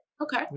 Okay